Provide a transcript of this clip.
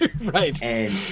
Right